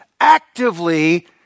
actively